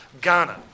Ghana